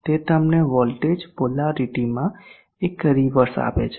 તે તમને વોલ્ટેજ પોલારિટીમાં એક રીવર્સ આપે છે